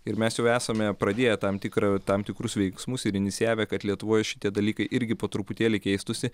ir mes jau esame pradėję tam tikrą tam tikrus veiksmus ir inicijavę kad lietuvoje šitie dalykai irgi po truputėlį keistųsi